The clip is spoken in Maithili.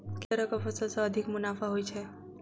केँ तरहक फसल सऽ अधिक मुनाफा होइ छै?